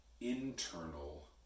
internal